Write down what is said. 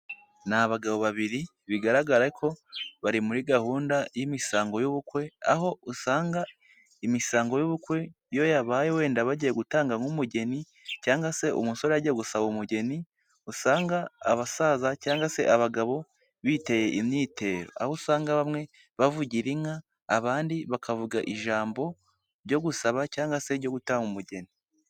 Ni abagabo babiri bigaragara ko bari muri gahunda y'imisango y'ubukwe, aho usanga imisango y'ubukwe iyo yabaye wenda bagiye gutanga nk'umugeni cyangwa se umusore agiye gusaba umugeni, usanga abasaza cyangwa se abagabo bitera imyitero, aho usanga bamwe bavugira inka abandi bakavuga ijambo ryo gusaba cyangwa se ryo gutanga umugeni.